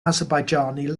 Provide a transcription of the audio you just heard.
azerbaijani